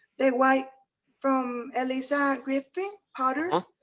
a white from elisa griffith's powders